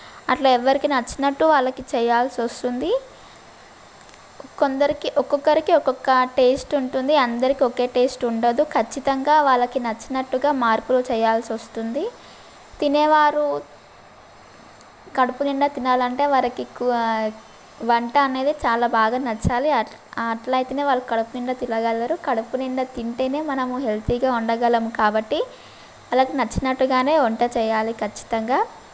అట్లా ఎవరికి నచ్చినట్టు వాళ్ళకి చేయాల్సి వస్తుంది కొందరికి ఒక్కొక్కరికి ఒక్కొక్క టేస్ట్ ఉంటుంది అందరికి ఒకే టేస్ట్ ఉండదు ఖచ్చితంగా వాళ్ళకి నచ్చినట్టుగా మార్పులు చేయాల్సి వస్తుంది తినేవారు కడుపు నిండా తినాలంటే వారికి ఎక్కువ వంట అనేది చాలా బాగా నచ్చాలి అట్ల అట్లయితేనే వాళ్ళు కడుపునిండా తినగలరు కడుపునిండా తింటేనే మనము హెల్తీగా ఉండగలము కాబట్టి వాళ్ళకు నచ్చినట్టుగానే వంట చేయాలి ఖచ్చితంగా